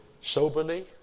soberly